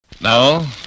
Now